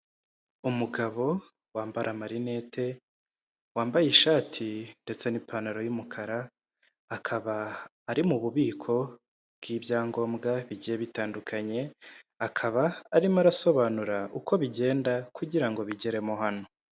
Umugabo wambara amarinete, wambaye ishati ndetse n'ipantaro y'umukara akaba ari mu bubiko bw'ibyangombwa bigiye bitandukanye akaba arimo arasobanura uko bigenda kugira ngo bigeremo hano.